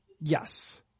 Yes